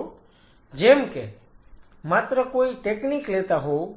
Refer Time 1902 જેમ કે માત્ર કોઈ ટેકનિક લેતા હોવ